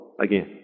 again